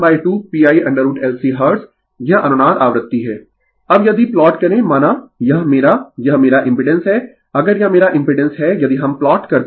Refer slide Time 2057 अब यदि plot करें माना यह मेरा यह मेरा इम्पिडेंस है अगर यह मेरा इम्पिडेंस है यदि हम प्लॉट करते है